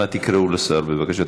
אנא תקראו לשר, בבקשה.